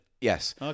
Yes